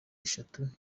eshatu